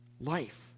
life